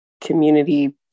community